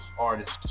artists